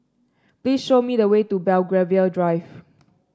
please show me the way to Belgravia Drive